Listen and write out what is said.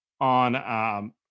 on –